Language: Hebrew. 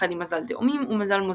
יחד עם מזל תאומים ומזל מאזניים.